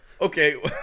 Okay